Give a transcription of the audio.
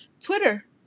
Twitter